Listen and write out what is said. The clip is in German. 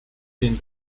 den